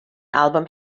album